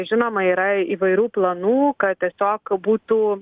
žinoma yra įvairių planų kad tiesiog būtų